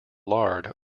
lard